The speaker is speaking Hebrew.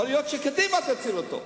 יכול להיות שקדימה תציל אותו.